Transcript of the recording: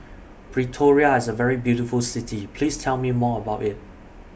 Pretoria IS A very beautiful City Please Tell Me More about IT